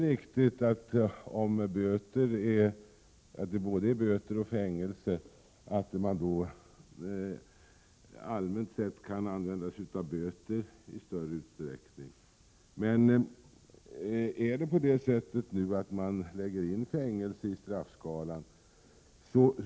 Det är i och för sig riktigt att man allmänt sett kan använda sig av böter i större utsträckning, om både böter och fängelse ingår i straffskalan.